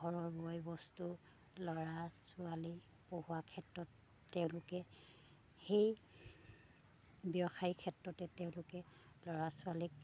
ঘৰৰ বয় বস্তু ল'ৰা ছোৱালী পঢ়োৱা ক্ষেত্ৰত তেওঁলোকে সেই ব্যৱসায় ক্ষেত্ৰতে তেওঁলোকে ল'ৰা ছোৱালীক